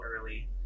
early